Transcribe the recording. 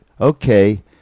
okay